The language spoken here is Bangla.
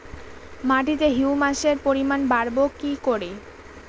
মাটিতে হিউমাসের পরিমাণ বারবো কি করে?